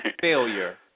failure